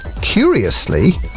curiously